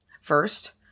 first